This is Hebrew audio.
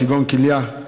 כגון כליה,